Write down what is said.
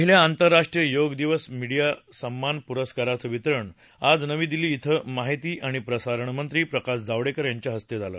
पहिल्या आंतरराष्ट्रीय योग दिवस मिडिया सम्मान पुरस्कारांचं वितरण आज नवी दिल्ली डें माहिती आणि प्रसारणमंत्री प्रकाश जावडेकर यांच्या हस्ते झालं